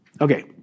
Okay